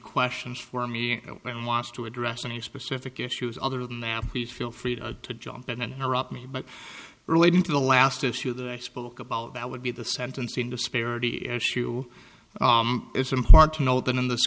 questions for me and wants to address any specific issues other than them please feel free to jump in and interrupt me but relating to the last issue that i spoke about that would be the sentencing disparity issue it's important to note that in this